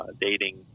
dating